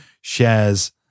shares